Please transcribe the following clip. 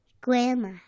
Grandma